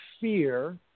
fear